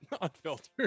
Unfiltered